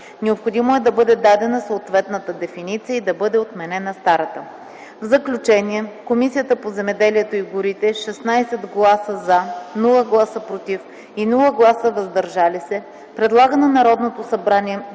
Необходимо е да бъде дадена съответната дефиниция и бъде отменена старата. В заключение Комисията по земеделието и горите с 16 гласа „за”, без „против” и „въздържали се” предлага на Народното събрание